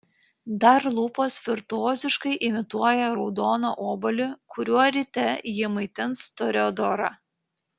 dar lūpos virtuoziškai imituoja raudoną obuolį kuriuo ryte ji maitins toreadorą